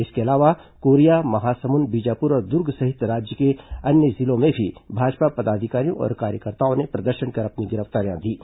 इसके अलावा कोरिया महासमुंद बीजापुर और दुर्ग सहित राज्य के अन्य जिलों में भी भाजपा पदाधिकारियों और कार्यकर्ताओं ने प्रदर्शन कर अपनी गिरफ्तारियां दीं